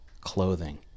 clothing